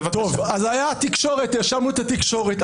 הייתה התקשורת, האשמנו את התקשורת.